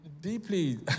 deeply